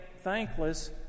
thankless